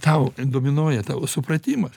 tau dominuoja tavo supratimas